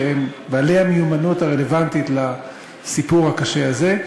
שהם בעלי המיומנות הרלוונטית לסיפור הקשה הזה,